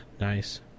Nice